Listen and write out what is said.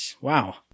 Wow